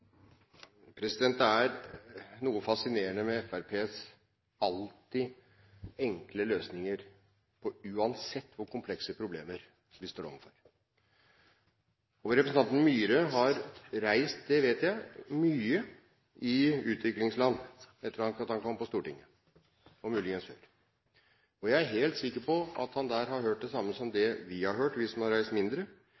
Det er noe fascinerende med Fremskrittspartiets alltid enkle løsninger uansett hvor komplekse problemer vi står overfor. Representanten Myhre har reist – det vet jeg – mye i utviklingsland etter at han kom på Stortinget, og muligens før. Jeg er helt sikker på at han der har hørt det samme som